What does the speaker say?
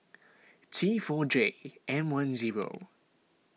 T four J M one zero